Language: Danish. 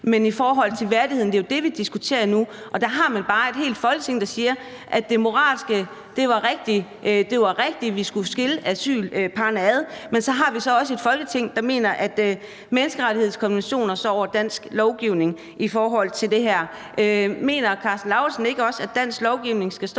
Men i forhold til værdigheden i det – og det er jo det, vi diskuterer nu – har man bare et helt Folketing, der siger, at det moralsk set var rigtigt, altså at det var det rigtige, at man skulle skille asylparrene ad. Men så har vi også et Folketing, der mener, at menneskerettighedskonventionen står over dansk lov i forhold til det her. Mener hr. Karsten Lauritzen ikke også, at dansk lov skal stå